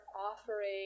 offering